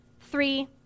Three